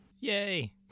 yay